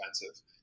expensive